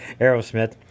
Aerosmith